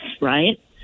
right